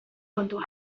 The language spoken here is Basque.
kontua